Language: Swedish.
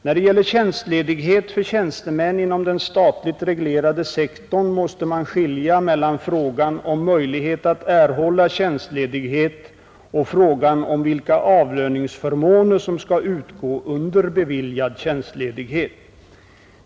När det gäller tjänstledighet för tjänstemän inom den statligt reglerade sektorn måste man skilja mellan frågan om möjlighet att erhålla tjänstledighet och frågan om vilka avlöningsförmåner som skall utgå under beviljad tjänstledighet.